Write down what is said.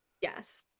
Yes